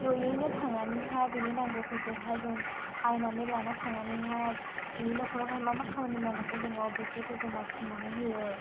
जयैनो थांनानैहाय बेनि नांगौफोरखौहाय जों बायनानै लाना थांनानैहाय बेनि नखरावहाय मा मा खामानि मावनांगौ दङ बेफोरखौ जों मावफुंनानै होयो